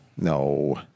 No